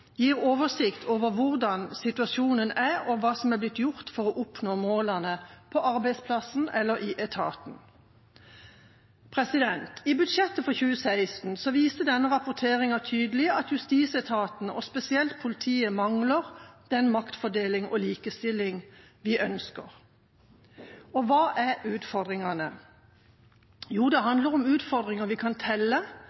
gir en oversikt over hvordan situasjonen er, og hva som er blitt gjort for å oppnå målene på arbeidsplassen eller i etaten. I budsjettet for 2016 viste denne rapporteringa tydelig at justisetaten og spesielt politiet mangler den maktfordelinga og likestillinga vi ønsker. Og hva er utfordringene? Jo, det